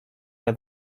que